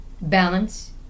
balance